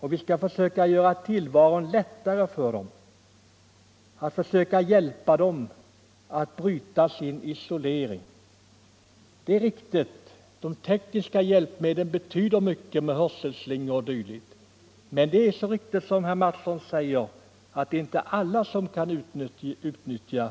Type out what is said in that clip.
Vi skall försöka göra tillvaron lättare för dem och försöka hjälpa dem att bryta sin isolering. Det är riktigt att tekniska hjälpmedel, exempelvis hörselslingor o. d., 163 Underlättande för vissa handikappade att ta del av Sveriges Radios programutbud betyder mycket.